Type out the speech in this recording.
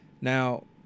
Now